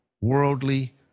worldly